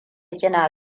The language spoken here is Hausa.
kina